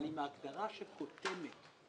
אבל עם הגדרה שקוטמת